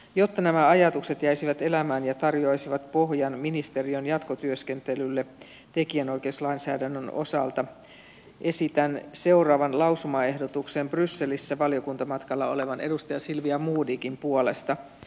jotta nämä ajatukset jäisivät elämään ja tarjoaisivat pohjan ministeriön jatkotyöskentelylle tekijänoikeuslainsäädännön osalta esitän seuraavan lausumaehdotuksen brysselissä valiokuntamatkalla olevan edustaja silvia modigin puolesta